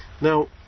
Now